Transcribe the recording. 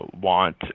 want